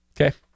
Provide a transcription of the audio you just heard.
Okay